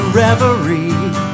reverie